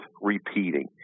repeating